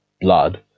blood